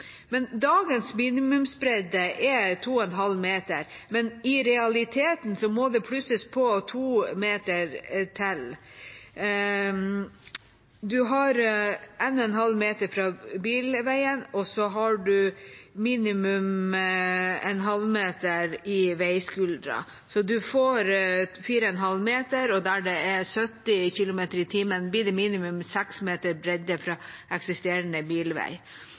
Dagens minimumsbredde er 2,5 meter, men i realiteten må det plusses på 2 meter, for en har 1,5 meter fra bilveien og minimum en halvmeter i veiskulderen. Det blir 4,5 meter. Der det er 70 km/t, blir det minimum 6 meter bredde fra eksisterende bilvei.